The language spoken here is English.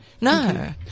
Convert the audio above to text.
No